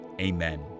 Amen